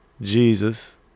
Jesus